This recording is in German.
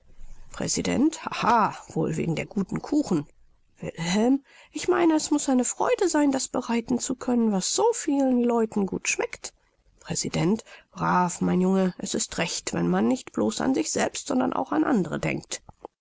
präsident haha wohl wegen der guten kuchen wilhelm ich meine es muß eine freude sein das bereiten zu können was so vielen leuten gut schmeckt präsident brav mein junge es ist recht wenn man nicht blos an sich selbst sondern auch an andere denkt